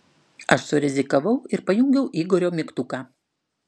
aš surizikavau ir pajungiau igorio mygtuką